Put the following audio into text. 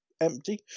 empty